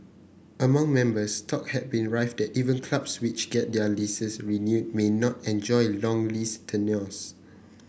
among members talk had been rife that even clubs which get their leases renewed may not enjoy long lease tenures